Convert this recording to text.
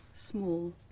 small